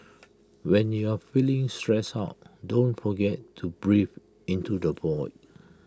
when you are feeling stressed out don't forget to breathe into the void